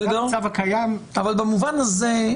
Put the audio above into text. אבל במובן הזה,